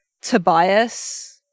Tobias